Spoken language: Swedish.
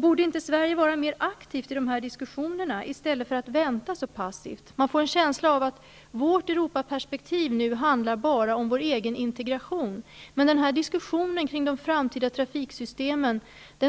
Borde inte Sverige vara mer aktivt i de diskussionerna, i stället för att vänta så passivt? Man får en känsla av att vårt Europaperspektiv nu bara handlar om vår egen integration. Men jag